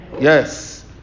Yes